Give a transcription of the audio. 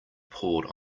poured